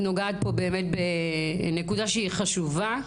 את נוגעת בנקודה חשובה.